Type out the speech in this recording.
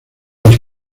los